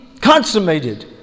consummated